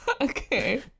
Okay